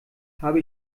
habe